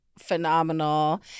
phenomenal